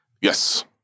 Yes